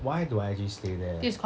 why do I just stay there